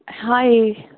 hi